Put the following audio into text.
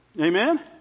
Amen